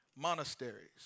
monasteries